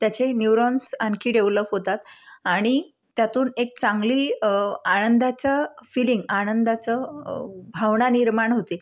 त्याचे न्यूरॉन्स आणखी डेवलप होतात आणि त्यातून एक चांगली आनंदाचा फीलिंग आनंदाचं भावना निर्माण होते